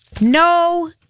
No